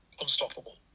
Unstoppable